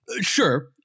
Sure